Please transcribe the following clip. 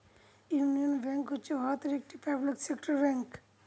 union bank হচ্ছে ভারতের একটি পাবলিক সেক্টর ব্যাঙ্ক